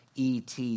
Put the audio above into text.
ET